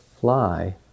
fly